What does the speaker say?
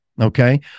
okay